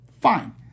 fine